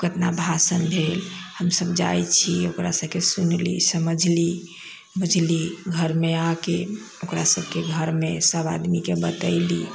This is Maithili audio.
कितना भाषण भेल हमसब जाइ छी ओकरा सबके सुनली समझली बजली घरमे आके ओकरासबके घरमे सब आदमीके बतैली